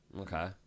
Okay